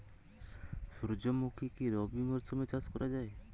সুর্যমুখী কি রবি মরশুমে চাষ করা যায়?